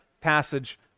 passage